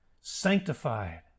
sanctified